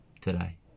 today